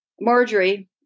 Marjorie